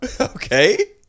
Okay